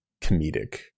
comedic